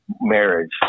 marriage